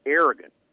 arrogant